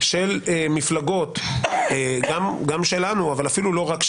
של מפלגות, גם שלנו, אבל אפילו לא רק שלנו,